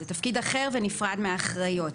זה תפקיד אחר ונפרד מהאחראיות.